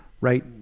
right